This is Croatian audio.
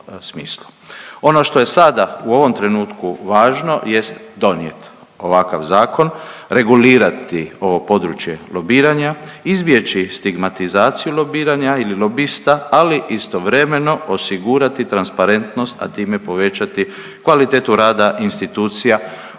Ono što je sada u ovom trenutku važno jest donijet ovakav zakon, regulirati ovo područje lobiranja, izbjeći stigmatizaciju lobiranja ili lobista ali istovremeno osigurati transparentnost, a time povećati kvalitetu rada institucija